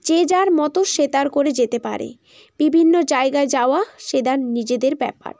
যে যার মতো সে তার করে যেতে পারে বিভিন্ন জায়গায় যাওয়া সে তার নিজেদের ব্যাপার